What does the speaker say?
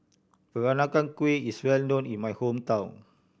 Peranakan Kueh is well known in my hometown